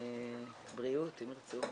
בריאות אם ירצו.